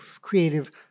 creative